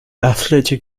athletic